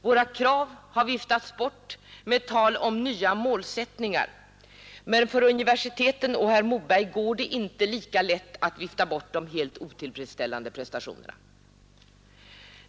Våra krav har viftats bort med tal om nya målsättningar — men för universiteten och herr Moberg går det inte lika lätt att vifta bort de helt otillfredsställande prestationerna.